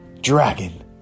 dragon